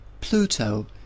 Pluto